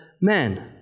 men